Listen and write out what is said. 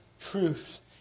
truth